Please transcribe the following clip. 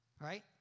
Right